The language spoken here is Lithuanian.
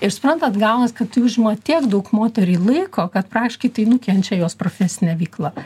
ir suprantat gaunas kad tai užima tiek daug moteriai laiko kad praktiškai tai nukenčia jos profesinė veikla